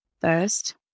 First